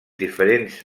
diferents